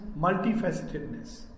multifacetedness